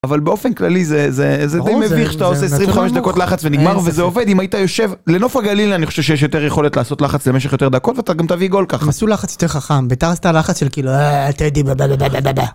אבל באופן כללי זה זה זה די מביך אתה עושה 25 דקות לחץ ונגמר וזה עובד אם היית יושב לנוף הגליל אני חושב שיש יותר יכולת לעשות לחץ למשך יותר דקות ואתה גם תביא גול ככה. תעשו לחץ יותר חכם ביתר עשתה לחץ של כאילו אההה תהדיבה.